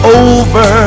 over